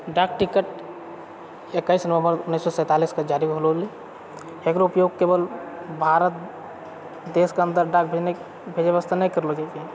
डाक टिकट एकैस नवम्बर उन्नैस सए सैंतालीसकऽ जारी होलो होलै एकर ऊपयोग केवल भारत देशके अन्दर डाक भेजने भेजै वास्ते नहि करलए जाइत छै